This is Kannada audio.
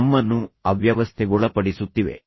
ನಮ್ಮನ್ನು ಅವ್ಯವಸ್ಥೆಗೊಳಪಡಿಸುತ್ತಿವೆ